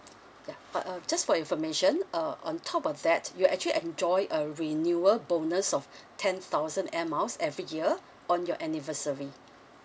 ya but uh just for your information uh on top of that you actually enjoy a renewal bonus of ten thousand air miles every year on your anniversary